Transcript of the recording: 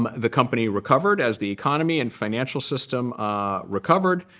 um the company recovered. as the economy and financial system recovered,